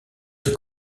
des